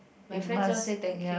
my friends all say thank you